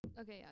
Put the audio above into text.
Okay